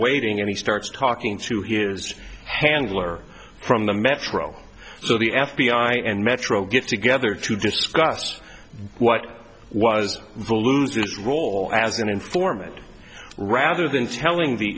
waiting and he starts talking to his handler from the metro so the f b i and metro get together to discuss what was the lose its role as an informant rather than telling the